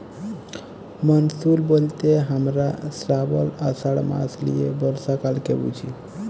monsoon ব্যলতে হামরা শ্রাবল, আষাঢ় মাস লিয়ে বর্ষাকালকে বুঝি